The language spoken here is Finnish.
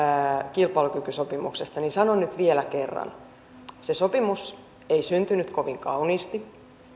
kilpailukykysopimuksesta niin sanon nyt vielä kerran se sopimus ei syntynyt kovin kauniisti